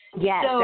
Yes